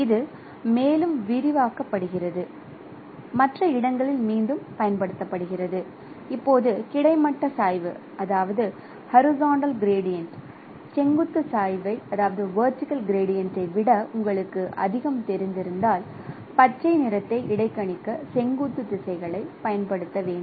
இது மேலும் விரிவாக் கப்படுகிறது மற்ற இடங்களில் மீண்டும் மீண்டுபயன்பபடுகின்றது இப்போது கிடைமட்ட சாய்வு செங்குத்து சாய்வை விட உங்களுக்கு அதிகம் தெரிந்திருந்தால் பச்சை நிறத்தை இடைக்கணிக்க செங்குத்து திசைகளைப் பயன்படுத்த வேண்டும்